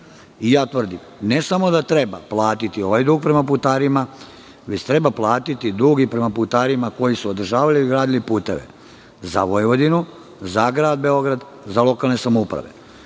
da ne samo da treba platiti ovaj dug prema putarima, već treba platiti dug i prema putarima koji su održavali i gradili puteve za Vojvodinu, za grad Beograd, za lokalne samouprave.